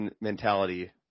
mentality